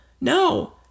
No